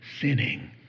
sinning